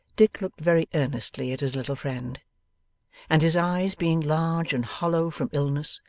dick looked very earnestly at his little friend and his eyes, being large and hollow from illness,